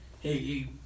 Hey